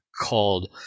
called